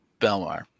Belmar